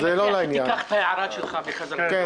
אני מבקש שתיקח את ההערה שלך בחזרה.